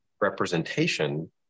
representation